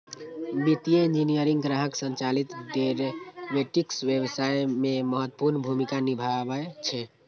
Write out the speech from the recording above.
वित्तीय इंजीनियरिंग ग्राहक संचालित डेरेवेटिव्स व्यवसाय मे महत्वपूर्ण भूमिका निभाबै छै